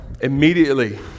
immediately